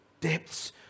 depths